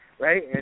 Right